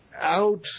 out